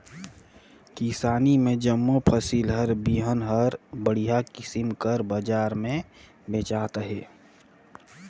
किसानी में जम्मो फसिल कर बीहन हर बड़िहा किसिम कर बजार में बेंचात अहे